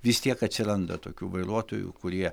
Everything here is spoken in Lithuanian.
vis tiek atsiranda tokių vairuotojų kurie